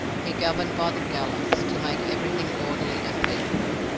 he governed by the gallows, to make everything orderly and peaceable,